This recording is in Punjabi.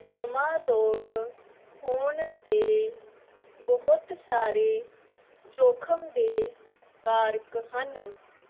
ਦਮਾ ਰੋਗ ਹੋਣ ਦੇ ਬਹੁਤ ਸਾਰੇ ਜੋਖ਼ਮ ਦੇ ਕਾਰਕ ਹਨ